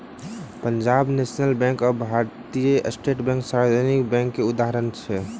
Punjab National Bank आ भारतीय State Bank सार्वजनिक बैंक के उदाहरण अछि